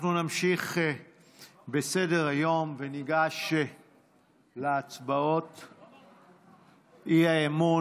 אנחנו נמשיך בסדר-היום, וניגש להצבעות האי-אמון.